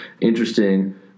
interesting